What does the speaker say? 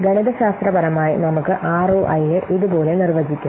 ഗണിതശാസ്ത്രപരമായി നമുക്ക് ആർഓഐ യെ ഇതുപോലെ നിർവചിക്കാം